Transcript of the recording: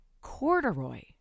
corduroy